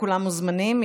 כולם מוזמנים,